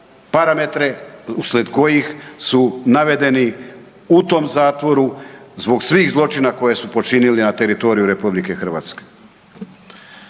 parametre uslijed kojih su navedeni u tom zatvoru zbog svih zločina koje su počiniti na teritoriju Republike Hrvatske.